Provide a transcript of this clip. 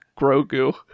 Grogu